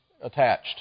attached